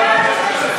תודה רבה.